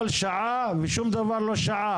כל שעה ושום דבר לא שעה.